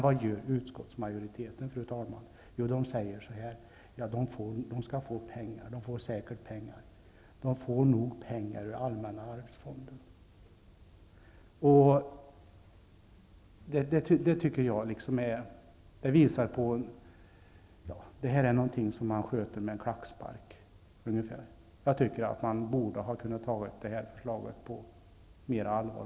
Vad gör då utskottsmajoriteten, fru talman? Jo, man säger att visst skall de få pengar; de får nog pengar ur allmänna arvsfonden. Det tycker jag visar att detta är något som man tar med en klackspark. Jag tycker att man borde ha tagit detta förslag på större allvar.